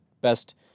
best